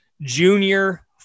junior